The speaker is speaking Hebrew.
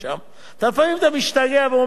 לפעמים אתה משתגע ואומר: ואללה,